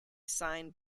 signed